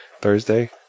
Thursday